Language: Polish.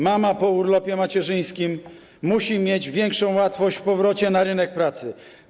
Mama po urlopie macierzyńskim musi mieć większą łatwość w powrocie na rynek pracy.